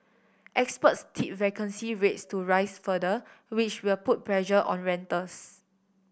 experts tipped vacancy rates to rise further which will put pressure on rentals